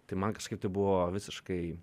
tai man kažkaip tai buvo visiškai